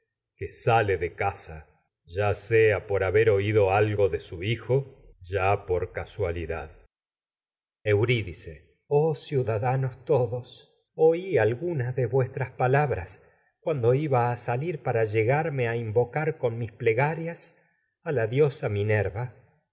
que sale su de sea por oído algo de hijo ya por casualidad oí eurídice vuestras oh ciudadanos cuando iba a a todos salir algunas de a palabras mis para llegarme me invocar llaba con plegarias la diosa minerva y